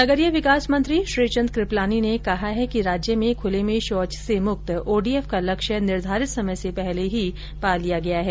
नगरीय विकास मंत्री श्रीचंद कृपलानी ने कहा है कि राज्य में खुले में शौच से मुक्त ओडीएफ का लक्ष्य निर्धारित समय से पहले ही प्राप्त कर लिया गया है